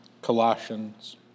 Colossians